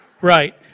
Right